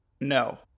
No